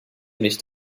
nicht